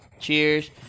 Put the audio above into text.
Cheers